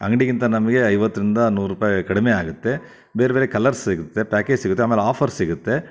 ಅಂಗಡಿಗಿಂತ ನಮಗೆ ಐವತ್ತರಿಂದ ನೂರು ರೂಪಾಯಿ ಕಡಿಮೆ ಆಗತ್ತೆ ಬೇರೆ ಬೇರೆ ಕಲರ್ಸ್ ಸಿಗತ್ತೆ ಪ್ಯಾಕೇಜ್ ಸಿಗತ್ತೆ ಆಮೇಲೆ ಆಫರ್ ಸಿಗತ್ತೆ